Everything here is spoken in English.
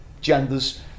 genders